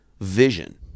vision